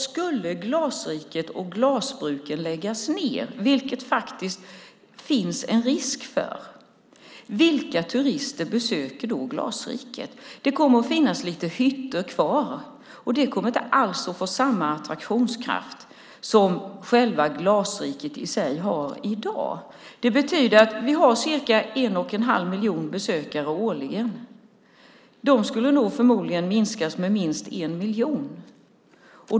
Skulle glasbruken i Glasriket läggas ned, vilket det faktiskt finns en risk för, vilka turister besöker då Glasriket? Det kommer att finnas lite hyttor kvar, men det blir inte alls samma attraktionskraft som Glasriket har i dag. I dag har vi cirka en och en halv miljon besökare årligen. Det antalet skulle förmodligen minskas med minst en miljon.